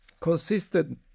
consisted